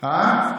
למה?